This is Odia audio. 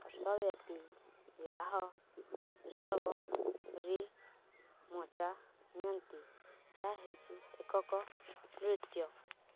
ଉତ୍ସବ୍ୟାପୀ ବିବାହ ଉତ୍ସବରେ ମଜା ନିଅନ୍ତି ଏହା ହେଉଛି ଏକକ ନୃତ୍ୟ